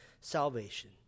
salvation